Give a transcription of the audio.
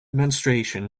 menstruation